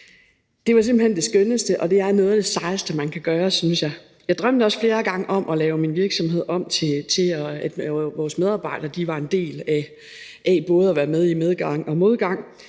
Det var simpelt hen det skønneste, og det er noget af det sejeste, man kan gøre, synes jeg. Jeg drømte også flere gange om at lave min virksomhed om til, at vores medarbejdere var en del af både at være med i medgang og modgang